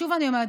שוב אני אומרת,